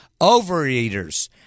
Overeaters